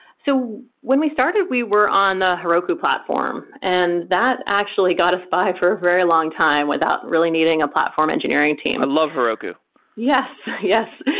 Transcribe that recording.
so when we started, we were on the heroku platform. and that actually got us by for a very long time without really needing a platform engineering team i love heroku yes. yes.